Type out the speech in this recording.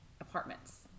apartments